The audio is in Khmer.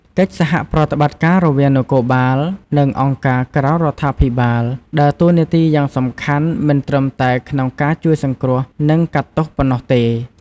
កិច្ចសហប្រតិបត្តិការរវាងនគរបាល និងអង្គការក្រៅរដ្ឋាភិបាលដើរតួនាទីយ៉ាងសំខាន់មិនត្រឹមតែក្នុងការជួយសង្គ្រោះ និងកាត់ទោសប៉ុណ្ណោះទេ។